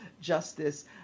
justice